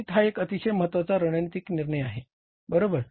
किंमती हा एक अतिशय महत्वाचा रणनीतिक निर्णय आहे बरोबर